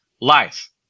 life